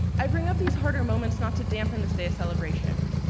i bring up these harder moments not to dampen this day of celebration,